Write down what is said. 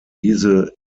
diese